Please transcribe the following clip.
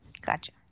Gotcha